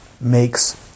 makes